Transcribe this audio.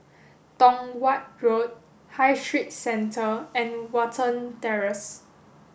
Tong Watt Road High Street Centre and Watten Terrace